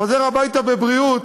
חוזר הביתה בבריאות,